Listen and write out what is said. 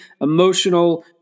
emotional